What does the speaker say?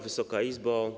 Wysoka Izbo!